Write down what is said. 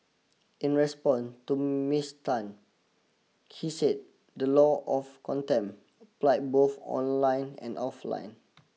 in respond to Miss Tan he said the law of contempt apply both online and offline